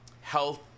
health